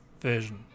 version